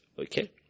Okay